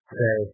say